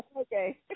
Okay